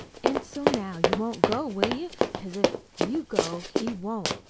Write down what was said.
an' so now you won't go, will you? because if you go, he won't.